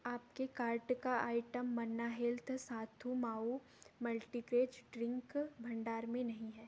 आपके कार्ट का item Manna health sathu maavu multigrain drink भंडार में नहीं है